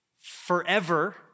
forever